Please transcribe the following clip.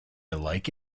like